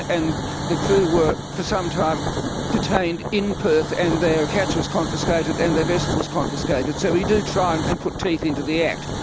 and the crew were for some time detained in perth, and their catch was confiscated and their vessel was confiscated. so we do try and and put teeth into the act.